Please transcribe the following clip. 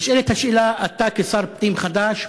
נשאלת השאלה: אתה כשר פנים חדש,